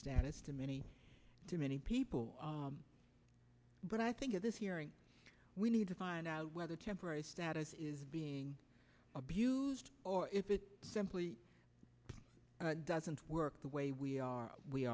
status to many to many people but i think at this hearing we need to find out whether temporary status is being abused or if it simply doesn't work the way we are we